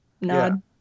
Nod